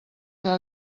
que